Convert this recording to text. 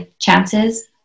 chances